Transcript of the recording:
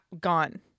gone